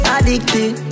Addicted